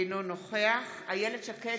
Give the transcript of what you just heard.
אינו נוכח איילת שקד,